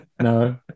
No